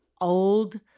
old